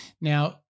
Now